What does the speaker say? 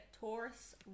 Taurus